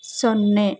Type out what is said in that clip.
ಸೊನ್ನೆ